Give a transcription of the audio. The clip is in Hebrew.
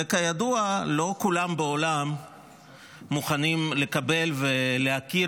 וכידוע, לא כולם בעולם מוכנים לקבל ולהכיר